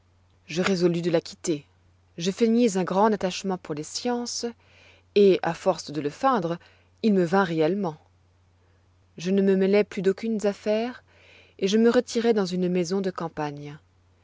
je résolus de la quitter je feignis un grand attachement pour les sciences et à force de le feindre il me vint réellement je ne me mêlai plus d'aucunes affaires et je me retirai dans une maison de campagne